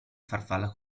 farfalla